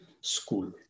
school